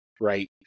right